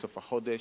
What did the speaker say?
בסוף החודש.